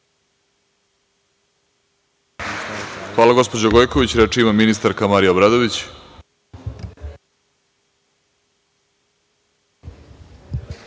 Hvala, gospođo Gojković. Reč ima ministarka, Marija Obradović.